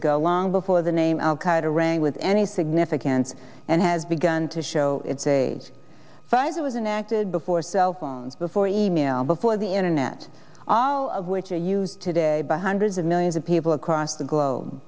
ago long before the name al qaida rang with any significance and has begun to show its age five it was an acted before cell phones before e mail before the internet all of which are used today by hundreds of millions of people across the globe